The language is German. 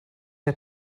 der